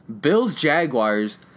Bills-Jaguars